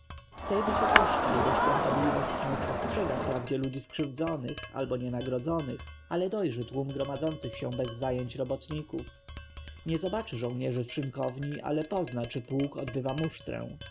wysokości jego świątobliwość nie spostrzega wprawdzie ludzi skrzywdzonych albo nienagrodzonych ale dojrzy tłum gromadzących się bez zajęcia robotników nie zobaczy żołnierza w szynkowni ale pozna czy pułk odbywa